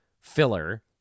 filler